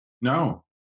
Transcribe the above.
No